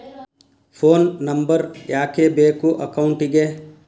Phone number ಯಾಕೆ ಬೇಕು ಅಕೌಂಟಿಗೆ?